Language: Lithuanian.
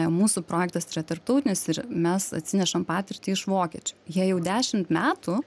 mūsų projektas čia tarptautinis ir mes atsinešam patirtį iš vokiečių jie jau dešimt metų